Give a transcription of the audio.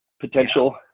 potential